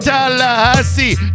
Tallahassee